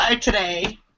today